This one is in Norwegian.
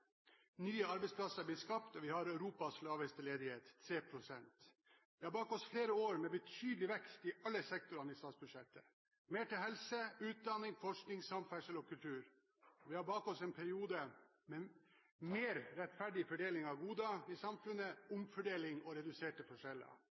nye arbeidsplasser har blitt skapt, og vi har Europas laveste arbeidsledighet – 3 pst. Vi har bak oss flere år med betydelig vekst i alle sektorene i statsbudsjettet: mer til helse, utdanning, forskning, samferdsel og kultur. Vi har bak oss en periode med mer rettferdig fordeling av goder i samfunnet,